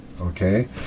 okay